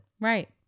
Right